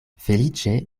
feliĉe